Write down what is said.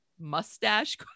mustache